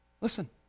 Listen